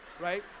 Right